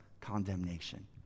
condemnation